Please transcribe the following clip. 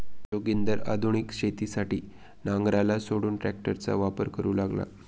जोगिंदर आधुनिक शेतीसाठी नांगराला सोडून ट्रॅक्टरचा वापर करू लागला